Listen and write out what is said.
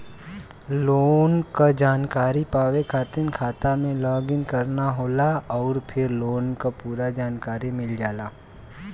loan क जानकारी पावे खातिर खाता में लॉग इन करना होला आउर फिर लोन क पूरा जानकारी मिल जाला